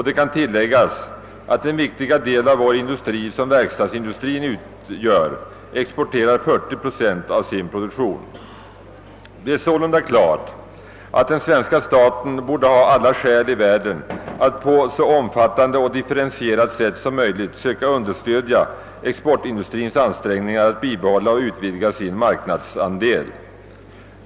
Det kan tilläggas att den viktiga del av vår industri, som verkstadsindustrin utgör, exporterar 40 procent av sin produktion. Det är sålunda klart att den svenska staten borde ha alla skäl i världen att på så omfattande och differentierat sätt som möjligt söka understödja exportindustrins ansträngningar att bibehålla och utvidga sin marknadsandel.